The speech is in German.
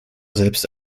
selbst